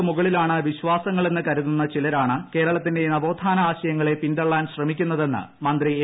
ബാലൻ മൌലികാവകാശങ്ങൾക്ക് മുകളിലാണ് വിശ്വാസങ്ങളെന്ന് കരുതുന്ന ചിലരാണ് കേരളത്തിന്റെ നവോത്ഥാന ആശയങ്ങളെ പിന്തള്ളാൻ് ശ്രമിക്കുന്നതെന്ന് മന്ത്രി എ